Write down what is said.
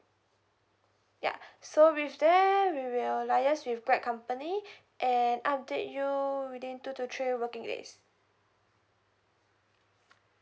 ya so with that we will liaise with Grab company and update you within two to three working days